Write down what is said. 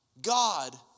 God